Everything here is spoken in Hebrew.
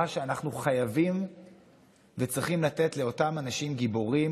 שאנחנו חייבים וצריכים לתת לאותם אנשים גיבורים,